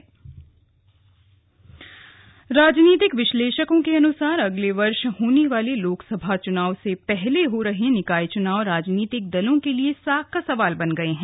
दलों की तैयारी राजनीतिक विश्लेषकों के अनुसार अगले वर्ष होने वाले लोकसभा से पहले हो रहे निकाय चुनाव राजनीतिक दलों के लिए सांख का सवाल बन गए है